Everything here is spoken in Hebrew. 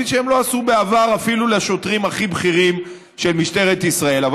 כפי שהם לא עשו בעבר אפילו לשוטרים הכי בכירים של משטרת ישראל.